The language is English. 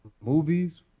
movies